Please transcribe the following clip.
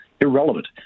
irrelevant